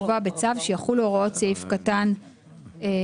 לקבוע בצו שיחולו הוראות סעיף קטן (א).